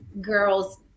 Girls